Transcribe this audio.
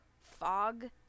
fog